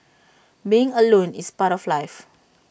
being alone is part of life